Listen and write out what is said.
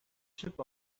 ship